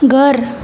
घर